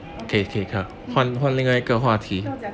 不要讲